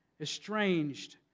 estranged